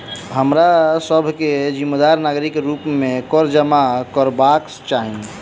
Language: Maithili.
हमरा सभ के जिम्मेदार नागरिक के रूप में कर जमा करबाक चाही